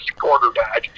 quarterback